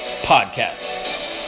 podcast